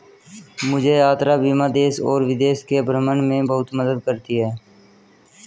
मुझे यात्रा बीमा देश और विदेश के भ्रमण में बहुत मदद करती है